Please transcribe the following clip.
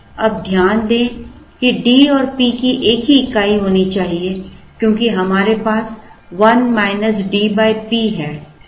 अब ध्यान दें कि D और P की एक ही इकाई होनी चाहिए क्योंकि हमारे पास 1 D P है